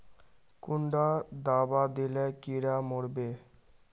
कुंडा दाबा दिले कीड़ा मोर बे?